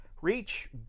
reach